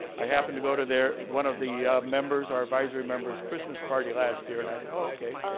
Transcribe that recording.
i happened to go to their, one of the members, our advisory member's christmas party last year, and i thought oh okay.